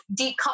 decouple